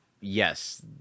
yes